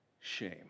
shame